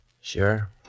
Sure